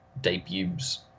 debuts